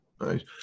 nice